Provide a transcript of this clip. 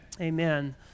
Amen